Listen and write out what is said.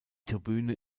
tribüne